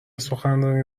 سخنرانی